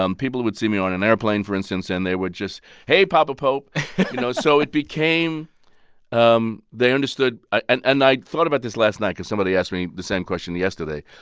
um people would see me on an airplane, for instance, and they would just hey, papa pope you know, so it became um they understood and i thought about this last night because somebody asked me the same question yesterday.